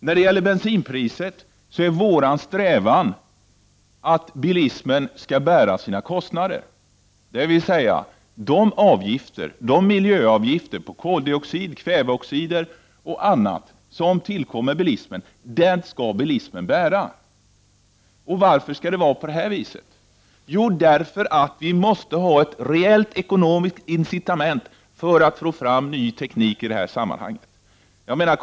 När det gäller bensinpriset är vår strävan att bilismen skall bära sina kostnader, dvs. att de miljöavgifter på koldioxider, kväveoxider och annat som är hänförligt till bilismen skall bilismen också betala. Varför skall det vara på det sättet? Jo, därför att vi måste ha ett rejält ekonomiskt incitament för att få fram ny teknik i sammanhanget. Carl Bildt!